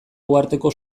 uharteko